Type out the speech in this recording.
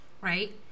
right